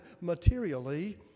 materially